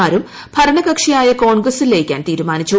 മാരും ഭരണകക്ഷിയായ കോൺഗ്രസിൽ ലയിക്കാൻ തീരുമാനിച്ചു